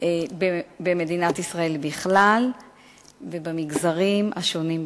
במדינת ישראל בכלל ובמגזרים השונים בפרט.